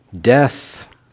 Death